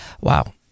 Wow